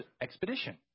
expedition